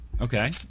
Okay